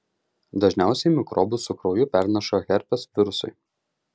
dažniausiai mikrobus su krauju perneša herpes virusai